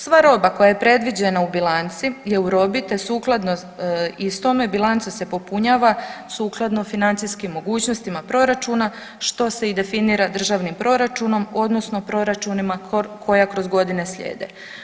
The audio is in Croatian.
Sva roba koja je predviđena u bilanci je u robi te sukladno istome, bilanca se popunjava sukladno financijskim mogućnostima proračuna, što se i definira državnim proračunom, odnosno proračunima koja kroz godine slijede.